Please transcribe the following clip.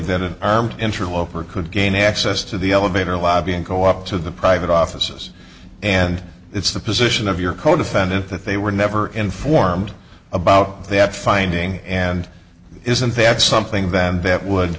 that an armed interloper could gain access to the elevator lobby and go up to the private offices and it's the position of your codefendant that they were never informed about that finding and isn't that something that that would